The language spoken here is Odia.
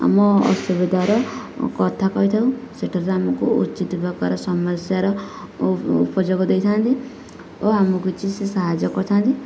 ଆମ ଅସୁବିଧାର କଥା କହିଥାଉ ସେଠାରେ ଆମକୁ ଉଚିତ ପ୍ରକାର ସମସ୍ୟାର ଉପଯୋଗ ଦେଇଥାନ୍ତି ଓ ଆମକୁ କିଛି ସେ ସାହାଯ୍ୟ କରିଥାନ୍ତି